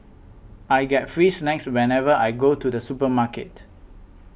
I get free snacks whenever I go to the supermarket